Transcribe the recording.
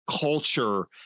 culture